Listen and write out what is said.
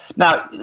now,